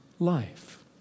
life